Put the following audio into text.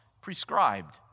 prescribed